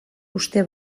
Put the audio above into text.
uste